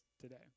today